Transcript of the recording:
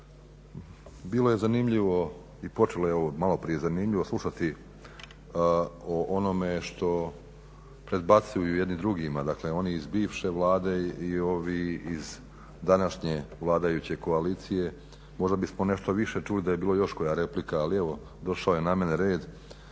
Bilo je zanimljivo i počelo je evo maloprije zanimljivo slušati o onome što predbacuju jedni drugima. Dakle, oni iz bivše Vlade i ovi iz današnje vladajuće koalicije. Možda bismo nešto više čuli da je bila još koja replika, ali evo došao je na mene red